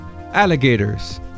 alligators